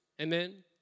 Amen